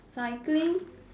cycling